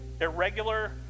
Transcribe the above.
irregular